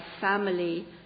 family